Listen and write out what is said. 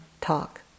talk